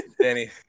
Danny